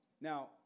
Now